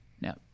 Now